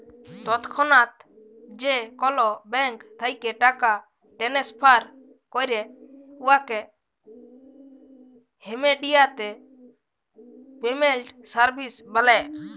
তৎক্ষণাৎ যে কল ব্যাংক থ্যাইকে টাকা টেনেসফার ক্যরে উয়াকে ইমেডিয়াতে পেমেল্ট সার্ভিস ব্যলে